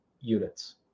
units